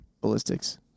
ballistics